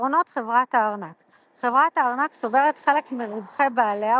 יתרונות חברת הארנק חברת הארנק צוברת חלק מרווחי בעליה,